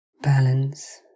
Balance